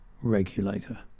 Regulator